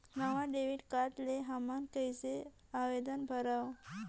नवा debit card ले हमन कइसे आवेदन करंव?